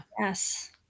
Yes